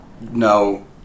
no